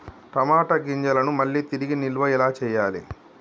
టమాట గింజలను మళ్ళీ తిరిగి నిల్వ ఎలా చేయాలి?